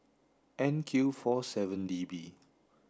N Q four seven D B